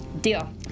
Deal